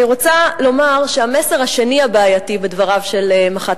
אני רוצה לומר שהמסר השני הבעייתי בדבריו של מח"ט